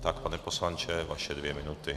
Tak, pane poslanče, vaše dvě minuty.